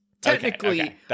Technically